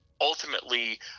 ultimately